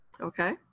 Okay